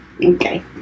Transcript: Okay